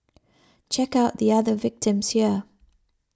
check out the other victims here